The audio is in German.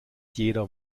jeder